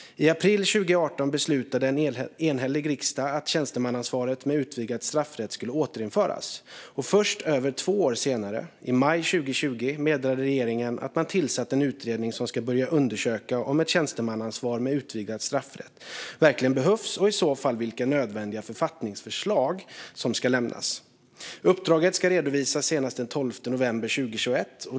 I april 2018 beslutade en enhällig riksdag att ett tjänstemannaansvar med utvidgad straffrätt skulle återinföras. Först över två år senare, i maj 2020, meddelade regeringen att man tillsatt en utredning som ska börja undersöka om ett tjänstemannaansvar med utvidgad straffrätt verkligen behövs och i så fall vilka nödvändiga författningsförslag som ska lämnas. Uppdraget ska redovisas senast den 12 november 2021.